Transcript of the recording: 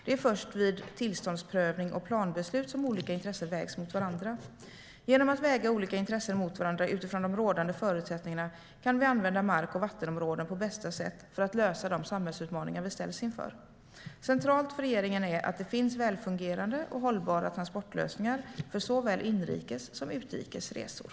Det är först vid tillståndsprövning och planbeslut som olika intressen vägs mot varandra. Genom att väga olika intressen mot varandra utifrån de rådande förutsättningarna kan vi använda mark och vattenområden på bästa sätt för att lösa de samhällsutmaningar vi ställs inför. Centralt för regeringen är att det finns välfungerande och hållbara transportlösningar för såväl inrikes som utrikes resor.